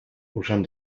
usan